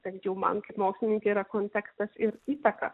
bent jau man kaip mokslininkei yra kontekstas ir įtaka